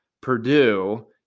Purdue